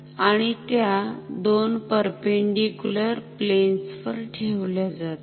आणि त्या दोन परपेंडीक्युलर प्लेन्स वर ठेवल्या जातात